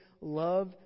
love